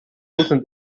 sind